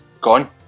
gone